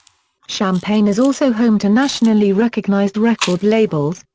champaign is also home to nationally recognized record labels,